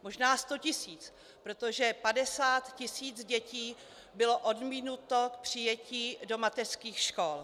Možná 100 tisíc, protože 50 tisíc dětí bylo odmítnuto k přijetí do mateřských škol.